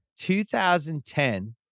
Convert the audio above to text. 2010